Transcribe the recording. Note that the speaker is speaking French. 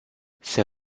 ces